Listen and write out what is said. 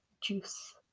juice